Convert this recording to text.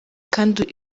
kandi